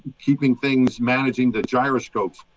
keeping things. managing the gyroscopes.